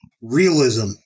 realism